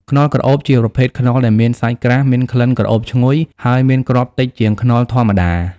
ខ្នុរក្រអូប ជាប្រភេទខ្នុរដែលមានសាច់ក្រាស់ មានក្លិនក្រអូបឈ្ងុយ ហើយមានគ្រាប់តិចជាងខ្នុរធម្មតា។